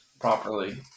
properly